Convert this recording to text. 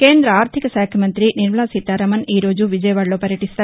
కేంద్రద ఆర్థిక శాఖ మంతి నిర్మలా సీతారామన్ ఈరోజు విజయవాడలో పర్యటిస్తారు